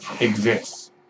exists